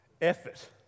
effort